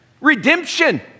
Redemption